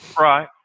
right